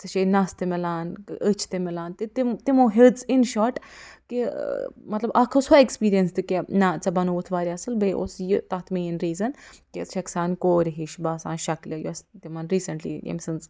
ژےٚ چھےٚ نَس تہِ میلان أچھ تہِ میلان تہٕ تِم تِمَو ہیٚژ اِن شارٹ کہِ مطلب اَکھ ٲسۍ ہۄ ایکٕسپریٖنَس تہِ کیٚنٛہہ نا ژےٚ بنووُتھ واریاہ اَصٕل بیٚیہِ اوس یہِ تَتھ مین ریٖزَن کہِ ژٕ چھَکھ سانہِ کورِ ہِش باسان شکلہِ یۄس تِمَن ریٖسَنٹلی ییٚمہِ سٕنٛز